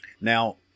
Now